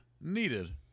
needed